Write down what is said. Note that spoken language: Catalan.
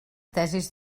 tesis